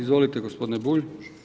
Izvolite gospodine Bulj.